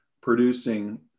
producing